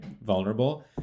vulnerable